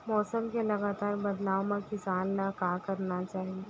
मौसम के लगातार बदलाव मा किसान ला का करना चाही?